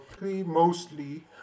mostly